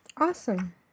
Awesome